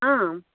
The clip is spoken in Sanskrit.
आम्